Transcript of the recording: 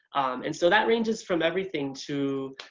and so that ranges from everything to